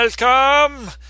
Welcome